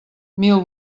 mil